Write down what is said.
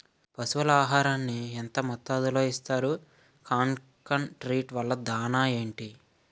పశువుల ఆహారాన్ని యెంత మోతాదులో ఇస్తారు? కాన్సన్ ట్రీట్ గల దాణ ఏంటి?